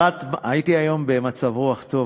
הייתי היום במצב-רוח טוב,